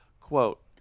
quote